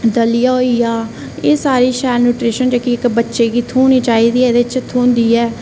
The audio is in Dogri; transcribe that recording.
दलिया होई गेआएह् सारी शैल न्यूट्रीशन जेह्ड़ी थ्होनी चाहिदी एह्दे च बच्चें गी थ्होंदी ऐ